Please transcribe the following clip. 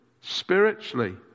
spiritually